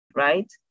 right